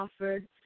offered